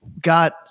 got